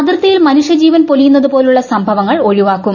അതിർത്തിയിൽ മനുഷ്യജീവൻ പൊലിയുന്നത് പോലുള്ള സംഭവ്ങ്ങൾ ഒഴിവാക്കും